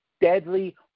deadly